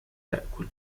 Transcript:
تأكل